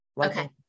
Okay